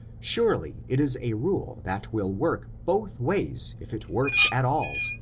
surely it is a rule that will work both ways if it works at all.